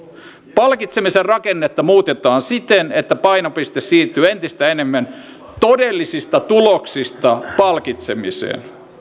palkitsemisen rakennetta muutetaan siten että painopiste siirtyy entistä enemmän todellisista tuloksista palkitsemiseen